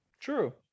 True